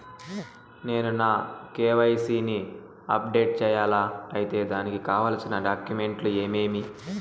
నేను నా కె.వై.సి ని అప్డేట్ సేయాలా? అయితే దానికి కావాల్సిన డాక్యుమెంట్లు ఏమేమీ?